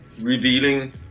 revealing